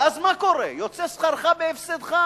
ואז מה קורה, יוצא שכרך בהפסדך.